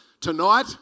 Tonight